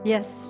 Yes